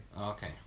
Okay